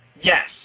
Yes